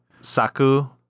Saku